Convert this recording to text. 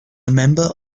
member